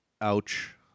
Ouch